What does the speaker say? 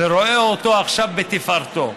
ורואה אותו עכשיו בתפארתו.